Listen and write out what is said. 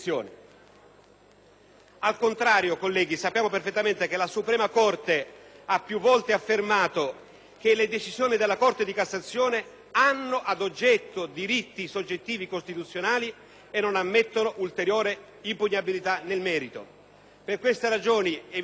Al contrario, colleghi, sappiamo perfettamente che la Suprema Corte ha più volte affermato che le decisioni della Corte di cassazione hanno ad oggetto diritti soggettivi costituzionali e non ammettono ulteriore impugnabilità nel merito. Per queste ragioni, evidentemente,